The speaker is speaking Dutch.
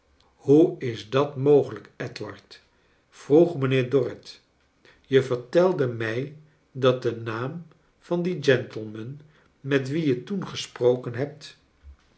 hoe is dat mogelijk edward vroeg mijnheer dorrit je vertelde mij dat de naam van den gentleman met wien je toon gesproken hebt